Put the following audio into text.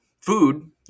Food